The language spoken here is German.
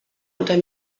unter